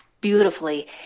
beautifully